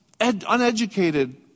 uneducated